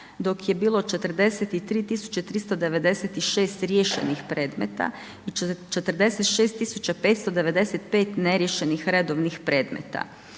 dok je bilo 43 396 riješenih predmeta i 46 595 neriješenih redovnih predmeta.